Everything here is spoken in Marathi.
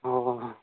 हो हो हां